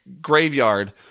Graveyard